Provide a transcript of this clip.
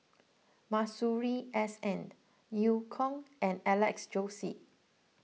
Masuri S N Eu Kong and Alex Josey